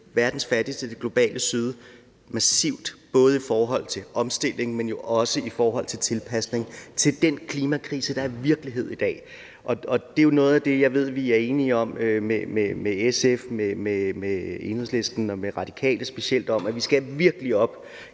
verdens fattigste, det globale syd, massivt både i forhold til omstilling, men jo også i forhold til tilpasning til den klimakrise, der er virkelighed i dag. Det er jo noget af det, jeg ved vi er specielt enige om med SF, Enhedslisten og De Radikale, nemlig at vi virkelig